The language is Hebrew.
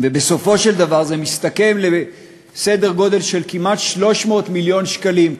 בסופו של דבר זה מסתכם בסדר גודל של כמעט 300 מיליון שקלים,